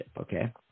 Okay